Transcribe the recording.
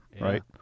Right